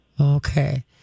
Okay